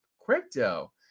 crypto